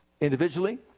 Individually